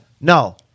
No